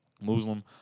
Muslim